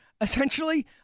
essentially